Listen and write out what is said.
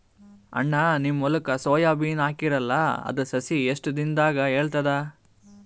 ಅಣ್ಣಾ, ನಿಮ್ಮ ಹೊಲಕ್ಕ ಸೋಯ ಬೀನ ಹಾಕೀರಲಾ, ಅದರ ಸಸಿ ಎಷ್ಟ ದಿಂದಾಗ ಏಳತದ?